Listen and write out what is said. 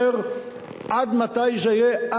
אומר: עד מתי זה יהיה?